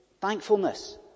Thankfulness